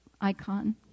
icon